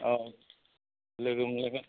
औ लोगो मोनलायगोन